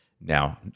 now